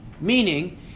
Meaning